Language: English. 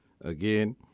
Again